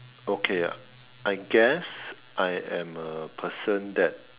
okay I guess I am a person that